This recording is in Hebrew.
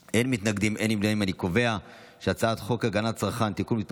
את הצעת חוק הגנת הצרכן (תיקון מס'